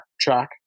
track